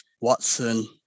Watson